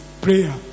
prayer